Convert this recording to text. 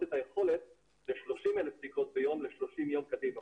את היכולת ל-30,000 בדיקות ביום ל-30 יום קדימה.